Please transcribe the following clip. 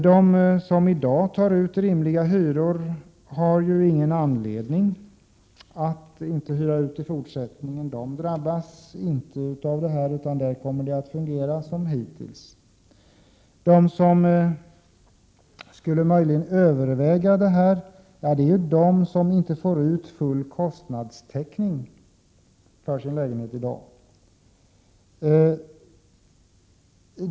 De som i dag tar ut rimliga hyror har ingen anledning att inte hyra ut i fortsättningen, eftersom de inte drabbas av ändringen utan det kommer att fungera som hittills för dem. De som möjligen skulle överväga att inte hyra ut är de som inte får full kostnadstäckning för sin lägenhet i dag.